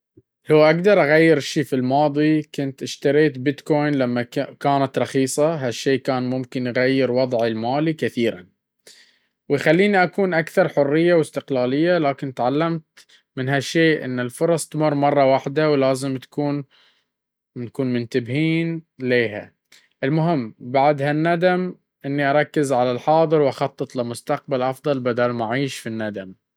لو أقدر أغير شي في الماضي، كنت اشتريت بيتكوين لما كانت رخيصة. هالشي كان ممكن يغير وضعي المالي كثير، ويخليني أكون أكثر حرية واستقلالية. لكن تعلمت من هالشي إنه الفرص تمر مرة وحدة ولازم نكون منتبهين لها. المهم بعد هالندم، إني أركز على الحاضر وأخطط لمستقبل أفضل بدل ما أعيش في الندم.